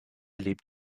lebt